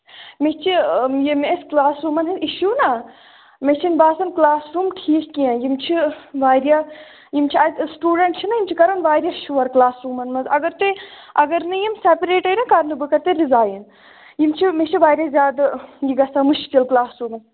مےٚ چھِ یہِ ییٚمہِ کَلاس روٗمَن ہُنٛد اِشوٗ نا مےٚ چھُنہٕ باسان کَلاس روٗم ٹھیٖک کیٚنٛہہ یِم چھِ واریاہ یِم چھِ اَتہِ سِٹوٗڈینٛٹ چھِنا یِم چھِ کَران واریاہ شوٗر کَلاس روٗمَن منٛز نا اَگر تُہۍ اَگر نہَ یِم سیٚپریٹ یِن نا کَرنہٕ بہٕ کَرٕ تیٚلہِ رِزایِن یِم چھِ مےٚ چھِ واریاہ زِیادٕ یہِ گژھان مُشکِل کَلاس روٗمَس